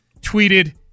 tweeted